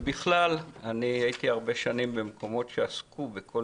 ובכלל אני הייתי הרבה שנים במקומות שעסקו בכל